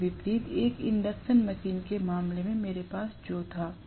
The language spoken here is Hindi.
इसके विपरीत एक इंडक्शन मशीन के मामले में मेरे पास जो था